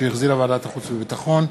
שהחזירה ועדת החוץ והביטחון,